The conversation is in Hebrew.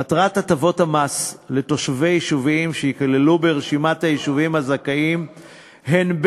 מטרות הטבות המס לתושבי היישובים שייכללו ברשימת היישובים הזכאים הן,